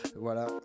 Voilà